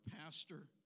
pastor